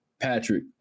Patrick